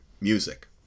music